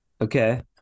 Okay